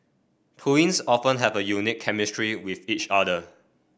twins often have a unique chemistry with each other